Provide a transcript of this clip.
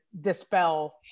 dispel